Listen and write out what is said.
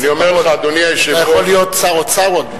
אתה יכול להיות שר האוצר עוד,